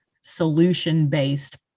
solution-based